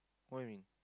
why